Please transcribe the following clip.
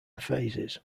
phases